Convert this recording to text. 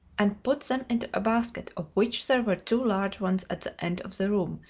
and put them into a basket, of which there were two large ones at the end of the room,